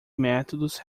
métodos